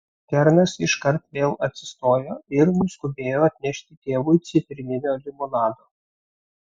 kernas iškart vėl atsistojo ir nuskubėjo atnešti tėvui citrininio limonado